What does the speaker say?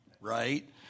right